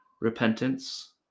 repentance